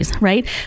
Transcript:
right